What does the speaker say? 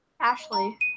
Ashley